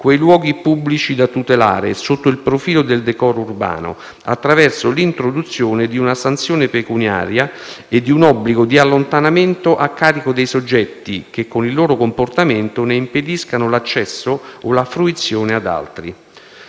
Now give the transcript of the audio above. quei luoghi pubblici da tutelare, sotto il profilo del decoro urbano, attraverso l'introduzione di una sanzione pecuniaria e di un obbligo di allontanamento a carico dei soggetti che, con il loro comportamento, ne impediscano l'accesso o la fruizione ad altri.